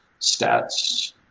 stats